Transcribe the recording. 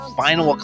final